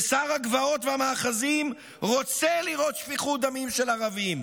ושר הגבעות והמאחזים רוצה לראות שפיכות דמים של ערבים.